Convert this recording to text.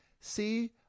see